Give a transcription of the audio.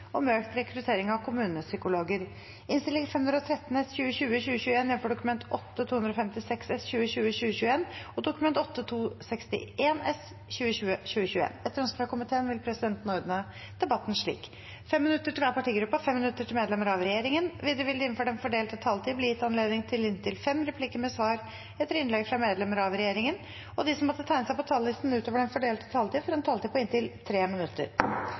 om ordet til sak nr. 4. Etter ønske fra helse- og omsorgskomiteen vil presidenten ordne debatten slik: 5 minutter til hver partigruppe og 5 minutter til medlemmer av regjeringen. Videre vil det – innenfor den fordelte taletid – bli gitt anledning til inntil fem replikker med svar etter innlegg fra medlemmer av regjeringen, og de som måtte tegne seg på talerlisten utover den fordelte taletid, får en taletid på inntil 3 minutter.